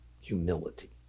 humility